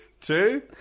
Two